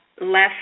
less